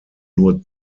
nur